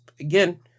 again